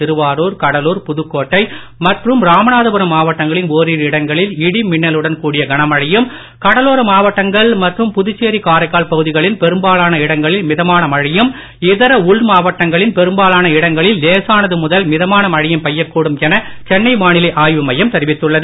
திருவாருர்கடலூர் புதுக்கோட்டை மற்றும் ராமநாதபுரம் மாவட்டங்களின் ஓரிரு இடங்களில் இடி மின்னலுடன் கூடிய கனமழையும் கடலோர மாவட்டங்கள் மற்றும் புதுச்சேரி காரைக்கால் பகுதிகளின் பெரும்பாலான இடங்களில் மிதமான மழையும் இதர உள் மாவட்டங்களின் பெரும்பாலான இடங்களில் லேசானது முதல் மிதமான மழையும் பெய்யக் கூடும் என சென்னை வானிலை ஆய்வு மையம் தெரிவித்துள்ளது